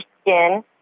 skin